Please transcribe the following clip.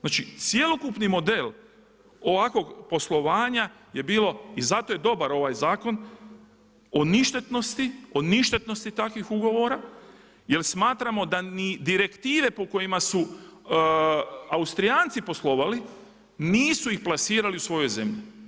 Znači cjelokupni model ovakvog poslovanja je bilo i zato je dobar ovaj zakon o ništetnosti takvih ugovora jer smatramo da ni direktive po kojima su Austrijanci poslovali, nisu ih plasirali u svoj zemlji.